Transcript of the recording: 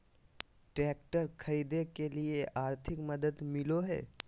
Tractor खरीदे के लिए आर्थिक मदद मिलो है?